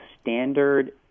standard